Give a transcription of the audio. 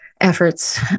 efforts